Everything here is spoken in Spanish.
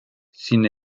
sin